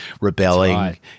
rebelling